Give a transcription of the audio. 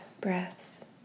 breaths